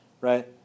right